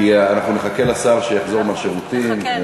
כי אנחנו נחכה לשר שיחזור מהשירותים.